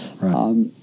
Right